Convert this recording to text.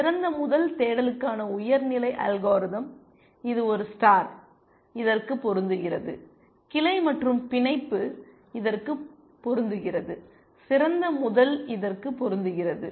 சிறந்த முதல் தேடலுக்கான உயர் நிலை அல்காரிதம் இது ஒரு ஸ்டார் இதற்கு பொருந்துகிறது கிளை மற்றும் பிணைப்பு இதற்கு பொருந்துகிறது சிறந்த முதல் இதற்கு பொருந்துகிறது